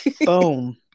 Boom